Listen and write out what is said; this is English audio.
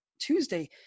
Tuesday